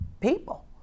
people